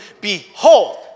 Behold